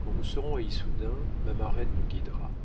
quand nous serons à issoudun ma marraine nous guidera